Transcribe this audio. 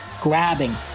grabbing